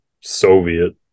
Soviet